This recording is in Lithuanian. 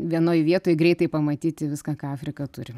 vienoj vietoj greitai pamatyti viską ką afrika turi